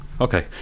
Okay